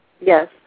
Yes